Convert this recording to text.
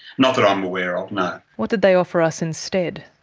not that i'm aware of, no. what did they offer us instead?